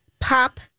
Pop